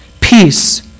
Peace